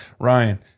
ryan